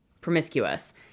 promiscuous